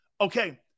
Okay